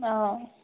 অঁ